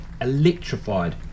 electrified